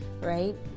right